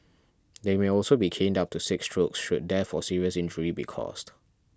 they may also be caned up to six strokes should death or serious injury be caused